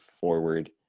forward